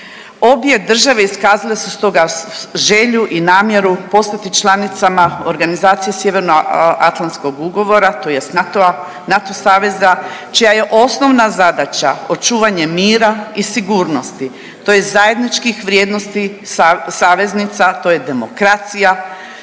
Obje države iskazale su stoga želju i namjeru postati članicama organizacije Sjevernoatlantskog ugovora, tj. NATO-a, NATO saveza čija je osnovna zadaća očuvanje mira i sigurnosti, tj. zajedničkih vrijednosti saveznica, to je demokracija,